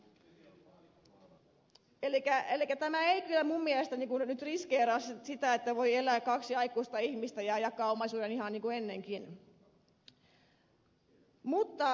elikkä tämä ei kyllä minun mielestäni nyt riskeeraa sitä että voi elää kaksi aikuista ihmistä yhdessä ja jakaa omaisuuden ihan niin kuin ennenkin